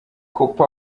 cooper